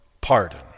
pardon